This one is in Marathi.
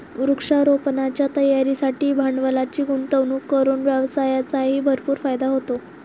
वृक्षारोपणाच्या तयारीसाठी भांडवलाची गुंतवणूक करून व्यवसायाचाही भरपूर फायदा होतो